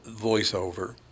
voiceover